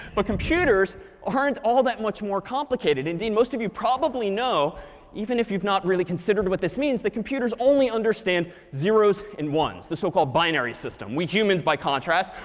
but computers aren't all that much more complicated. indeed, most of you probably know even if you've not really considered what this means, that computers only understand zeros and ones the so-called binary system. we humans, by contrast,